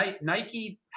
Nike